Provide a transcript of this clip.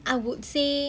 I would say